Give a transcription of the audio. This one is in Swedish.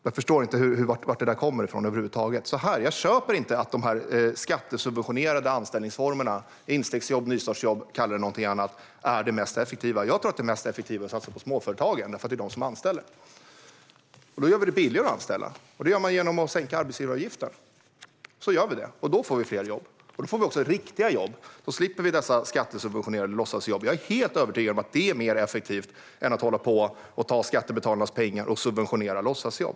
Jag förstår inte var Elisabeth Svantessons slutsatser kommer ifrån över huvud taget. Jag köper inte påståendet att skattefinansierade anställningsformer - kalla dem instegsjobb, nystartsjobb eller något annat - är det mest effektiva. Jag tror att det effektivaste är att satsa på småföretagen, för det är de som anställer. Då gör vi det billigare att anställa genom att sänka arbetsgivaravgiften. Vi gör det, och då får vi fler jobb. Då får vi också riktiga jobb. Då slipper vi dessa skattesubventionerade låtsasjobb. Jag är helt övertygad om att det är mer effektivt än att lägga skattebetalarnas pengar på att subventionera låtsasjobb.